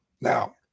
Now